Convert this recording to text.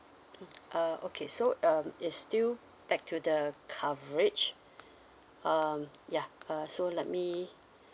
mm uh okay so um it's still back to the coverage um yeah uh so let me